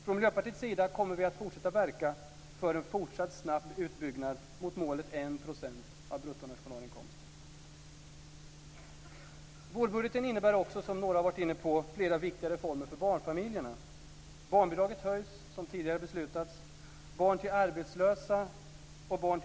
Från Miljöpartiets sida kommer vi att fortsätta verka för en fortsatt snabb utbyggnad mot målet 1 % Vårbudgeten innebär också, som några har varit inne på, flera viktiga reformer för barnfamiljerna.